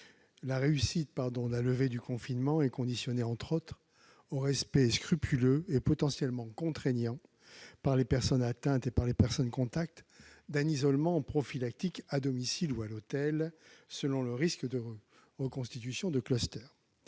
La réussite de la levée du confinement est conditionnée, entre autres choses, au respect scrupuleux et potentiellement contraignant, par les personnes atteintes et les personnes contacts, d'un isolement prophylactique à domicile ou à l'hôtel, selon le risque de reconstitution de foyer.